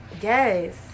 Yes